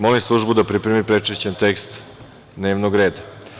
Molim službu da pripremi prečišćeni tekst dnevnog reda.